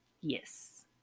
Yes